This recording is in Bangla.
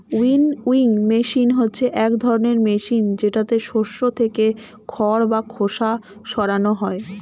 উইনউইং মেশিন হচ্ছে এক ধরনের মেশিন যেটাতে শস্য থেকে খড় বা খোসা সরানো হয়